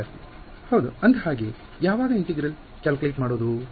ವಿದ್ಯಾರ್ಥಿ ಹೌದು ಅಂದ ಹಾಗೆ ಯಾವಾಗ ಇಂಟಿಗ್ರಲ್ ಕ್ಯಾಲ್ಕುಲೇಟ್ ಮಾಡೋದು